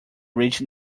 rich